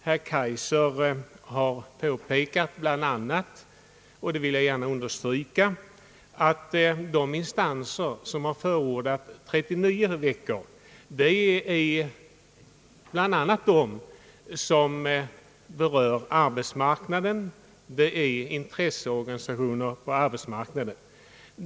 Herr Kaijser har påpekat — det vill jag gärna understryka — att bland de instanser som har förordat 39 veckor finns intresseorganisationer på arbetsmarkna den.